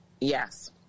Yes